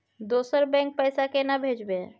दोसर बैंक पैसा केना भेजबै?